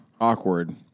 Awkward